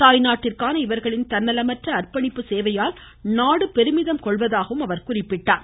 தாய்நாட்டிற்கான இவர்களின் தன்னலமற்ற அர்ப்பணிப்பு சேவையால் நாடு பெருமிதம் கொள்வாகவும் அவர் குறிப்பிட்டார்